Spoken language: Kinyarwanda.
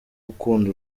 gukunda